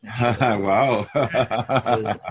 Wow